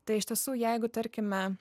tai iš tiesų jeigu tarkime